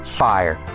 fire